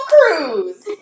Cruise